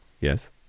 yes